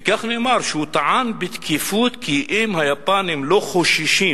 ונאמר שהוא טען בתקיפות כי אם היפנים לא חוששים,